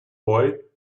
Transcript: boy